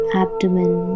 abdomen